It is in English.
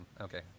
Okay